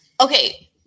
Okay